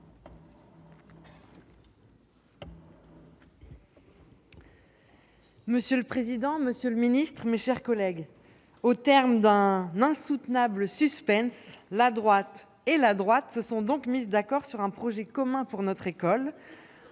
Monsieur le président, monsieur le ministre, mes chers collègues, au terme d'un insoutenable suspens, la droite ... et la droite se sont donc mises d'accord sur un projet commun pour notre école